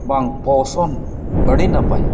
ᱵᱟᱝ ᱯᱳᱥᱚᱱ ᱟᱹᱰᱤ ᱱᱟᱯᱟᱭᱟ